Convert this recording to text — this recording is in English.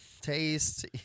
taste